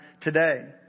today